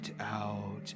out